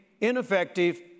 ineffective